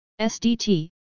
SDT